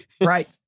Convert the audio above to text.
Right